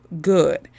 good